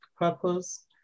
purpose